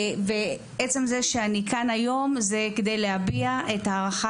ועצם זה שאני כאן היום זה כדי להביע את ההערכה